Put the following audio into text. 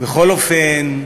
בכל אופן,